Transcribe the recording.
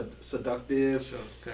seductive